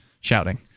shouting